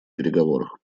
переговорах